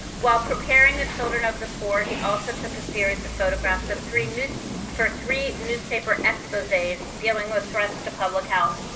while preparing the children of the poor he also took a series of photographs of three news for three newspaper exposes dealing with threats to public health.